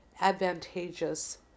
advantageous